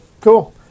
cool